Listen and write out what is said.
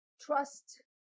trust